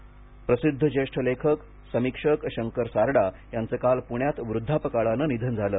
शंकर सारडा निधन प्रसिद्ध ज्येष्ठ लेखक समीक्षक शंकर सारडा यांचं काल पूण्यात वृद्धापकाळानं निधन झालं